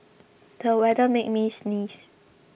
the weather made me sneeze